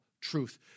truth